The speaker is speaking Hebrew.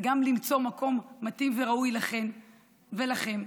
זה גם למצוא מקום מתאים וראוי לכן ולכם,